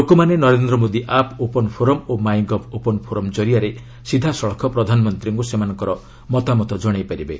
ଲୋକମାନେ Narendra Modi app open forum ଓ My Gov open forum ଜରିଆରେ ସିଧାସଳଖ ପ୍ରଧାନମନ୍ତ୍ରୀଙ୍କୁ ସେମାନଙ୍କର ମତାମତ ଜଣାଇପାରିବେ